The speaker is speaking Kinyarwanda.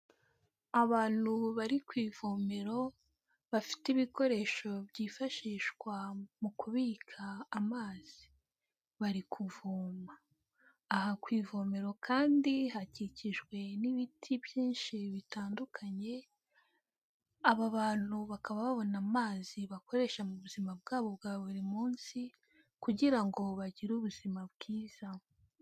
Abantu bari ku ivomero, bafite ibikoresho byifashishwa mu kubika amazi, bari kuvoma. Aha ku ivomero kandi, hakikijwe n'ibiti byinshi bitandukanye, aba bantu bakaba babona amazi bakoresha mu buzima bwabo bwa buri munsi kugira ngo bagire ubuzima bwiza.